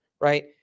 right